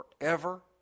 forever